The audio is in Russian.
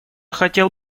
хотел